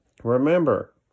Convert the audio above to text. Remember